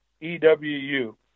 e-w-u